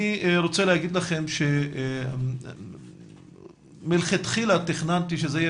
אני רוצה לומר לכם שמלכתחילה תכננתי שזה יהיה